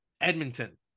Edmonton